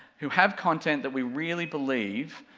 who have content that we really believe,